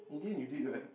in the end you did what